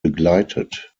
begleitet